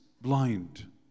blind